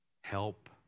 help